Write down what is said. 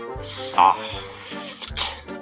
soft